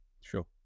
Sure